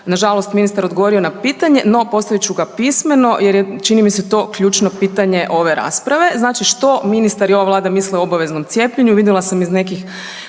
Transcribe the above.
nažalost ministar odgovorio na pitanje, no postavit ću ga pismeno jer je čini mi se to, ključno pitanje ove rasprave. Znači što ministar i Vlada misle o obaveznom cijepljenju, vidjela sam iz nekih